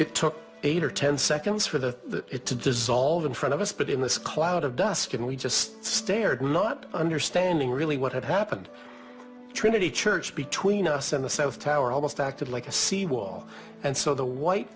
it took eight or ten seconds for the it to dissolve in front of us but in this cloud of dust and we just stared not understanding really what had happened trinity church between us and the south tower almost acted like a sea wall and so the white